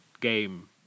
game